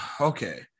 okay